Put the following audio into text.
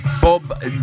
Bob